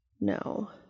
No